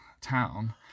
Town